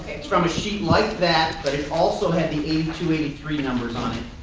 it's from a sheet like that but it also had the eighty two eighty three numbers on it.